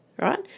right